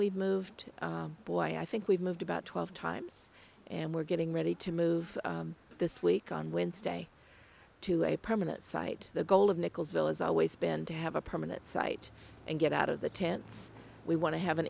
we've moved boy i think we've moved about twelve times and we're getting ready to move this week on wednesday to a permanent site the goal of nichols will is always been to have a permanent site and get out of the tents we want to have an